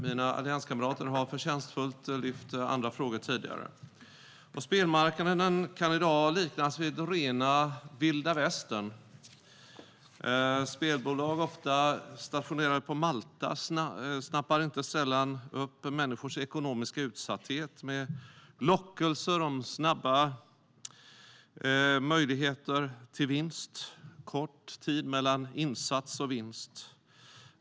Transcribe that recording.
Mina allianskamrater har förtjänstfullt tagit upp andra frågor tidigare. Spelmarknaden kan i dag liknas vid rena vilda västern. Spelbolag, ofta med säte på Malta, snappar inte sällan upp människors ekonomiska utsatthet med lockelser om snabba möjligheter till vinst och kort tid mellan insats och vinst.